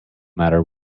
matter